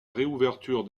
réouverture